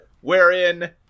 wherein